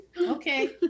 Okay